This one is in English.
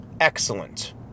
Excellent